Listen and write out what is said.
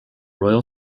royal